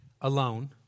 alone